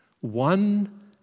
One